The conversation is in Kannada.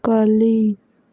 ಕಲಿ